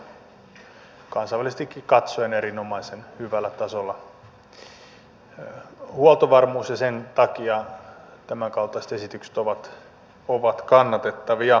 meillähän on kansainvälisestikin katsoen erinomaisen hyvällä tasolla huoltovarmuus ja sen takia tämänkaltaiset esitykset ovat kannatettavia